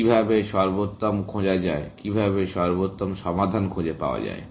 কিভাবে সর্বোত্তম খোঁজা যায় কিভাবে সর্বোত্তম সমাধান খুঁজে পাওয়া যায়